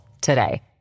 today